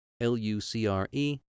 L-U-C-R-E